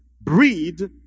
breed